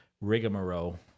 rigmarole